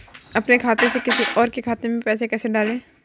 अपने खाते से किसी और के खाते में पैसे कैसे डालें?